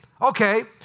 okay